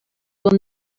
will